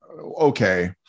okay